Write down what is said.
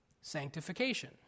sanctification